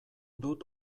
dut